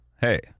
hey